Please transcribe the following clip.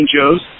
Joe's